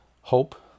hope